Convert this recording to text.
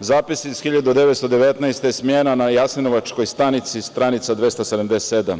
Zapisnik iz 1919. godine, „Smena na jasenovačkoj stanici“, stranica 277.